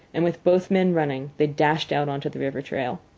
and with both men running they dashed out on to the river trail.